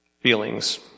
feelings